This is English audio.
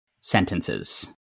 sentences